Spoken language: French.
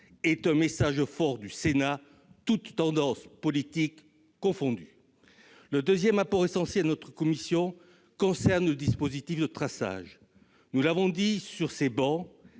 est un message fort du Sénat, toutes tendances politiques confondues. Le deuxième apport essentiel de la commission concerne le dispositif de traçage. Nous l'avons dit sur ces travées,